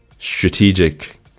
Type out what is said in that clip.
strategic